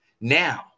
Now